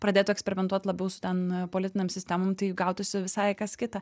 pradėtų eksperimentuot labiau su ten politinėm sistemom tai gautųsi visai kas kita